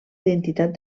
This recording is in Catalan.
identitat